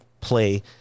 play